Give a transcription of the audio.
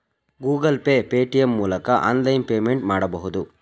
Google pay, Paytm ಮೂಲಕ online payment ಮಾಡಬಹುದು